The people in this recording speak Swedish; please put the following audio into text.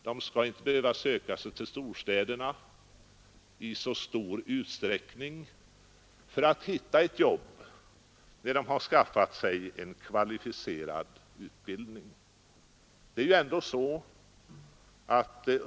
De skall inte i så stor utsträckning behöva söka sig till storstäderna för att få ett jobb när de har skaffat sig en kvalificerad utbildning.